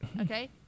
Okay